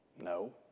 No